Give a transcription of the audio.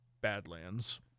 Badlands